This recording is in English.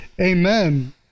Amen